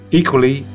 equally